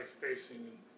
facing